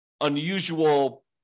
unusual